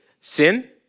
sin